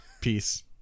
Peace